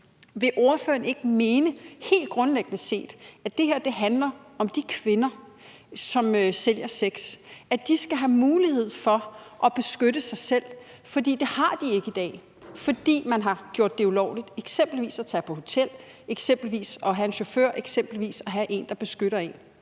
helt grundlæggende set – at det her handler om, at de kvinder, som sælger sex, skal have mulighed for at beskytte sig selv? Det har de ikke i dag, fordi man har gjort det ulovligt – eksempelvis at tage på hotel, eksempelvis at have en chauffør, eksempelvis at have en, der beskytter en.